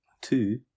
two